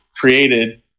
created